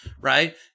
right